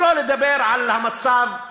שלא לדבר על המצב,